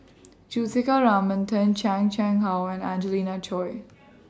Juthika Ramanathan Chan Chang How and Angelina Choy